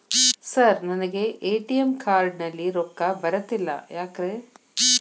Sir ನನಗೆ ATM card ನಲ್ಲಿ ರೊಕ್ಕ ಬರತಿಲ್ಲ ಯಾಕ್ರೇ?